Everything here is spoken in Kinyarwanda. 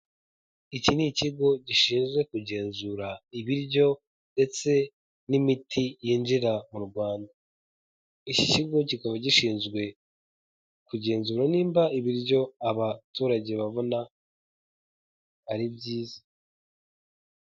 Iki ni ikigo gishinzwe kugenzura ibiryo ndetse n'imiti yinjira mu rwanda iki kigo kikaba gishinzwe kugenzura nimba ibiryo abaturage babona ari byiza.